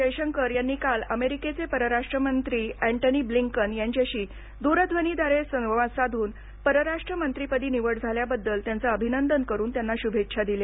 जयशंकर यांनी काल अमेरिकेचे परराष्ट्रमंत्री अँटनी ब्लिंकन यांच्याशी द्रध्वनीद्वारे संवाद साधून परराष्ट्रमंत्रीपदी निवड झाल्याबद्दल त्यांचे अभिनंदन करून त्यांना शुभेच्छा दिल्या